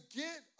get